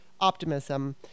optimism